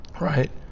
right